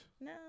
No